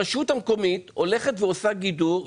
הרשות המקומית הולכת ועושה גידור,